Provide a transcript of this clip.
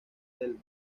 del